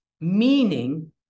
meaning